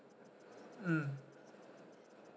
mm